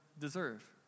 deserve